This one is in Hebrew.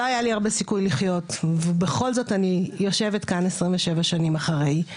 לא היה לי הרבה סיכוי לחיות ובכל זאת אני יושבת כאן 27 שנים אחרי.